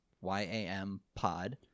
Y-A-M-P-O-D